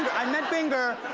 i meant finger!